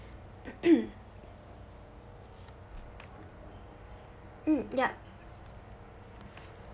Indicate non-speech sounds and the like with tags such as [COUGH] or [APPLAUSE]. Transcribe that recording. [COUGHS] mm yup